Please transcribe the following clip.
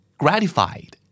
gratified